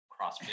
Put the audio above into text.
CrossFit